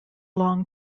long